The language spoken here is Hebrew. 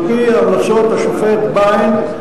על-פי המלצות השופט ביין,